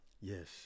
Yes